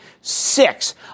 Six